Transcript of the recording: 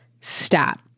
Stop